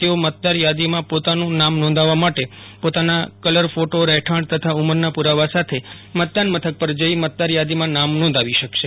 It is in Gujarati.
તેઓ મતદારથાદીમાં પોતાનું નામ નોંધાવા માટે પોતાના કલર ફોટો રહેઠાણ તથા ઉંમરના પુરાવા સાથે મતદાન મથક પર જઈને મતદાર યાદીમાં નામ નોંધાવી શકશે